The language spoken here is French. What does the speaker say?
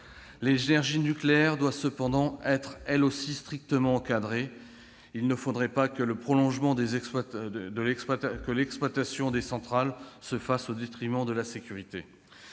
L'énergie nucléaire doit cependant être elle aussi strictement encadrée : il ne faudrait pas que le prolongement de l'exploitation des centrales se fasse au détriment de la sécurité.